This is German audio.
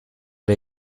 der